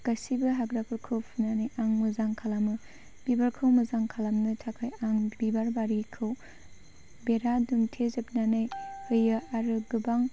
गासिबो हाग्राफोरखौ फुनानै आं मोजां खालामो बिबारखौ मोजां खालामनो थाखाय आं बिबार बारिखौ बेरा दुमथे जोबनानै होयो आरो गोबां